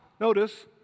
notice